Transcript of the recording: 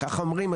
ככה אומרים,